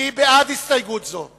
מי בעד הסתייגות זו?